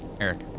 Eric